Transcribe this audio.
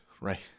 right